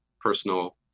personal